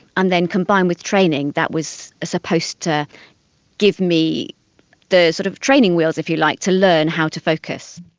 and then combined with the training that was supposed to give me the sort of training wheels, if you like, to learn how to focus.